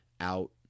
out